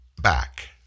back